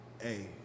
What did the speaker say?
hey